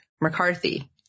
McCarthy